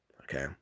Okay